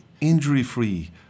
injury-free